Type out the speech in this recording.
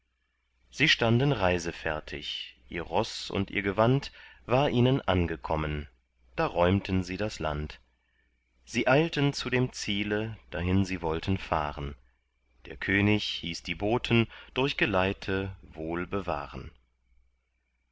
sie standen reisefertig ihr roß und ihr gewand war ihnen angekommen da räumten sie das land sie eilten zu dem ziele dahin sie wollten fahren der könig hieß die boten durch geleite wohl bewahren